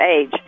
age